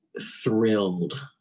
thrilled